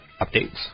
updates